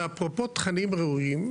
ואפרופו תכנים ראויים: